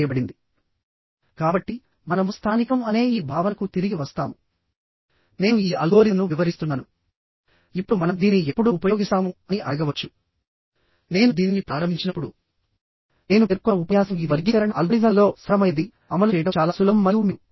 వ్యతిరేక దిశ వలన కంప్రెషన్ లో ఉన్న కాలం టెన్షన్ కి గురవుతుంది మరియు టెన్షన్ లో ఉన్నది కంప్రెషన్ కి గురవుతుంది